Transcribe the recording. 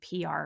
PR